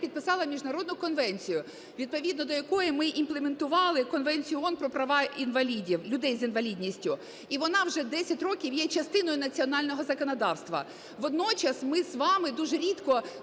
підписала міжнародну конвенцію, відповідно до якої ми імплементували Конвенцію ООН про права інвалідів, людей з інвалідністю. І вона вже 10 років є частиною національного законодавства. Водночас ми з вами дуже рідко